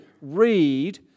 read